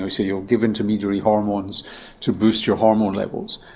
know, so you're giving intermediary hormones to boost your hormone levels,